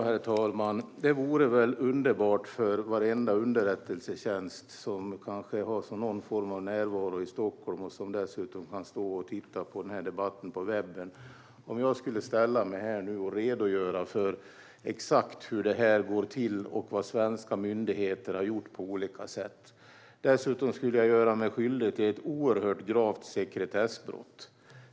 Herr talman! Det vore väl underbart för varenda underrättelsetjänst som har någon form av närvaro i Stockholm, och som dessutom tittar på debatten på webben, om jag här skulle redogöra för exakt hur arbetet går till och vad svenska myndigheter har gjort på olika sätt. Dessutom skulle jag göra mig skyldig till ett oerhört gravt sekretessbrott.